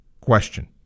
question